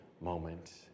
moment